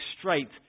straight